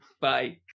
Bye